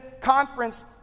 conference